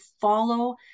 follow